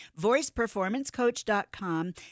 voiceperformancecoach.com